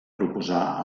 proposar